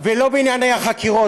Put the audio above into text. ולא בענייני החקירות.